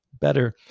Better